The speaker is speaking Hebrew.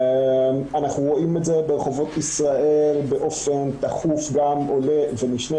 אנחנו רואים את זה ברחובות ישראל באופן תכוף גם עולה ונשנה,